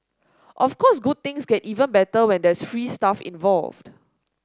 of course good things get even better when there's free stuff involved